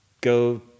go